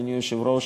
אדוני היושב-ראש,